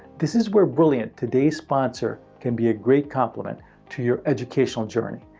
this is where brilliant, today's sponsor, can be a great compliment to your educational journey.